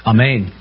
Amen